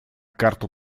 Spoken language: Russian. карту